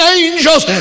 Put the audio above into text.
angels